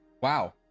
Wow